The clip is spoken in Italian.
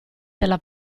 della